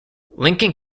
lincoln